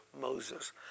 Moses